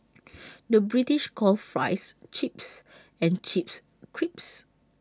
the British calls Fries Chips and Chips Crisps